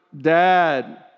dad